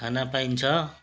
खाना पाइन्छ